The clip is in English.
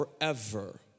forever